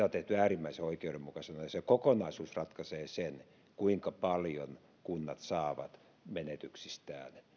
on tehty äärimmäisen oikeudenmukaisesti ja se kokonaisuus ratkaisee sen kuinka paljon kunnat saavat menetyksistään